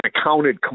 accounted